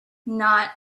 not